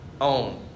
own